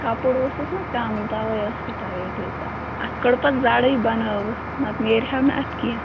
کَپُر اوسُس نا کم توے ٲسۍ یہِ ٹایٹ ییٖژاہ اَتھ کٔڑ پتہٕ زَڑٕے بَنٲوٕس نتہٕ نیرہا نہٕ اَتھ کیٚنٛہہ